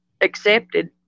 accepted